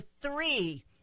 three